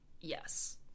yes